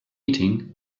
eating